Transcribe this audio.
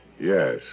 Yes